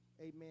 Amen